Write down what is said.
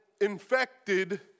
infected